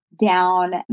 down